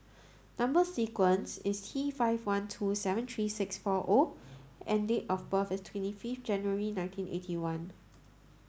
number sequence is T five one two seven three six four O and date of birth is twenty fifth January nineteen eighty one